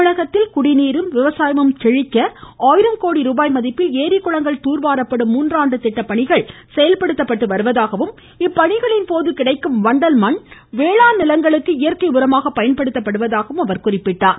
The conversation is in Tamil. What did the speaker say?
தமிழகத்தில் குடிநீரும் விவசாயமும் செழிக்க ஆயிரம் கோடி ரூபாய் மதிப்பில் ஏரிகுளங்கள் தூர்வாரப்படும் மூன்றாண்டு திட்டம் செயல்படுத்தப்பட்டு வருவதாகவும் இப்பணிகளின் போது கிடைக்கும் வண்டல் மண் வேளாண் நிலங்களுக்கு இயற்கை உரமாக பயன்படுத்தப்படுவதாகவும் குறிப்பிட்டார்